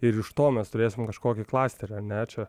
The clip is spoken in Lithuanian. ir iš to mes turėsim kažkokį klasterį ar ne čia